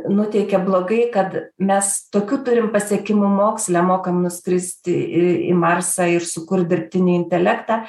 nuteikia blogai kad mes tokių turim pasiekimų moksle mokam nuskristi į į marsą ir sukurt dirbtinį intelektą